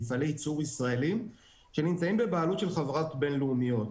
מפעלי ייצור ישראליים שנמצאים בבעלות של חברות בין לאומיות.